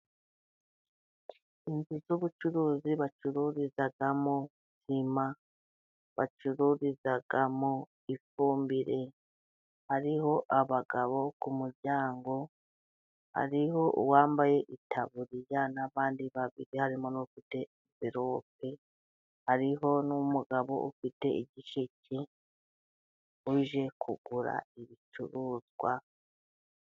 Inzu z'ubucuruzi bacururizamo sima, bacururizamo ifumbire, hariho abagabo ku muryango, hariho uwambaye itaburiya n'abandi babiri harimo n'ufite nvirope, hariho n'umugabo ufite igisheke uje kugura ibicuruzwa.